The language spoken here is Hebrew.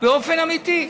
באופן אמיתי.